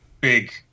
big